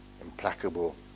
implacable